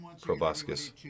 proboscis